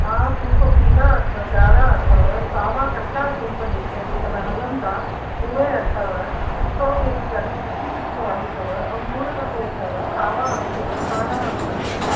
हा सूफ़ पीला अथव ॻाढ़ा अथव सावा कच्छा सूफ़ जेके अॼु कल्ह हलनि था उहे अथव स्ट्रॉबेरी ॾाढियूं सुठियूं सुठियूं आई अथव अंगूर बि अथव सावा अंगूर कारा अंगूर